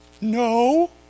No